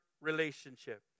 relationship